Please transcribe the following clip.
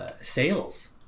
Sales